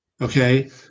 Okay